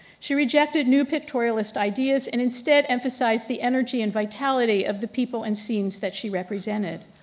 she rejected new pictorialist ideas and instead emphasize the energy and vitality of the people and scenes that she represented.